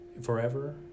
forever